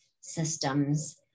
systems